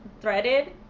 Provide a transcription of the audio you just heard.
threaded